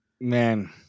Man